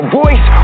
voice